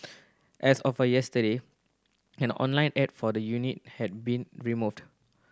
as of yesterday an online ad for the unit had been removed